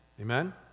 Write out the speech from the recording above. Amen